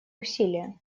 усилия